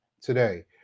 today